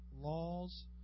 laws